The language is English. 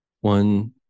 One